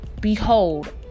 Behold